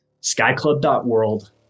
SkyClub.world